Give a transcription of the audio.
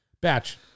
Batch